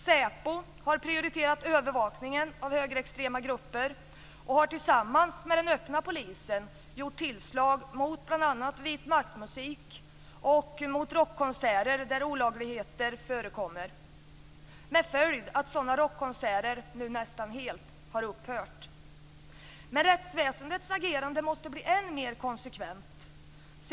SÄPO har prioriterat övervakningen av högerextrema grupper och har tillsammans med den öppna polisen gjort tillslag mot bl.a. vitmaktmusik och mot rockkonserter där olagligheter förekommer, med följd att sådana rockkonserter nu nästan helt har upphört. Men rättsväsendets agerande måste bli än mer konsekvent.